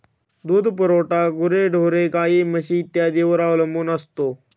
दूध पुरवठा गुरेढोरे, गाई, म्हशी इत्यादींवर अवलंबून असतो